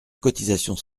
cotisations